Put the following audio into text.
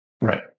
Right